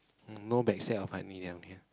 no back sat of